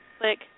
Click